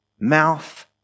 mouth